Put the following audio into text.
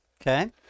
Okay